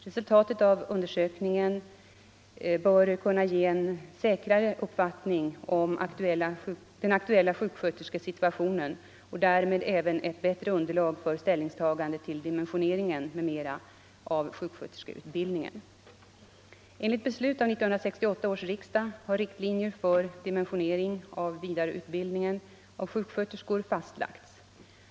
Resultatet av undersökningen bör kunna ge en säkrare uppfattning om den aktuella sjuk sköterskesituationen och därmed även ett bättre underlag för ställnings — Nr 135 tagande till dimensionering m.m. av sjuksköterskeutbildningen. Onsdagen den Enligt beslut av 1968 års riksdag har riktlinjer för dimensioneringen 4 december 1974 av vidareutbildningen av sjuksköterskor fastlagts.